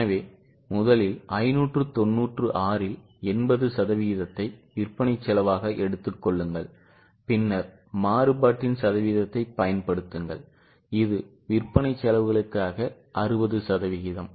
எனவே முதலில் 596 இல் 80 சதவீதத்தை விற்பனை செலவாக எடுத்துக் கொள்ளுங்கள் பின்னர் மாறுபாட்டின் சதவீதத்தைப் பயன்படுத்துங்கள் இது விற்பனை செலவுகளுக்காக 60 சதவிகிதம்